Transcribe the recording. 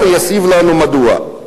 חבר הכנסת חסון.